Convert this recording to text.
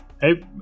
Hey